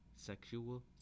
Sexual